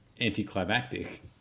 anticlimactic